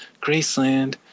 Graceland